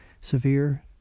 severe